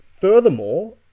Furthermore